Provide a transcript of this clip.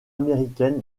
américaine